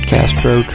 Castro